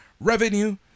revenue